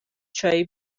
چایی